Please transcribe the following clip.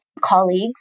colleagues